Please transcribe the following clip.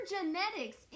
genetics